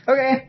Okay